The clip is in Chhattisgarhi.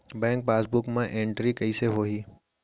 बैंक पासबुक मा एंटरी कइसे होही?